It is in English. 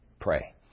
Pray